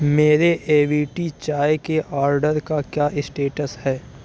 میرے A V T چائے کے آرڈر کا کیا اسٹیٹس ہے